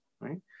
right